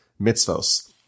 mitzvos